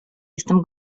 jestem